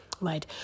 right